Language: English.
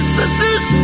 sisters